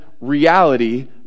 reality